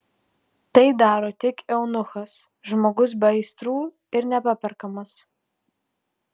tai daro tik eunuchas žmogus be aistrų ir nepaperkamas